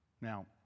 Now